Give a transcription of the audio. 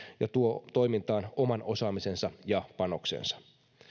ja tuo toimintaan oman osaamisensa ja panoksensa